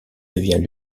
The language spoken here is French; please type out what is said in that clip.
devient